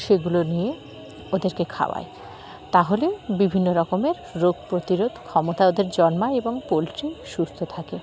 সেগুলো নিয়ে ওদেরকে খাওয়ায় তাহলে বিভিন্ন রকমের রোগ প্রতিরোধ ক্ষমতা ওদের জন্মায় এবং পোলট্রি সুস্থ থাকে